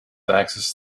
access